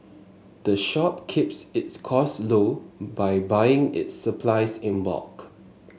the shop keeps its costs low by buying its supplies in bulk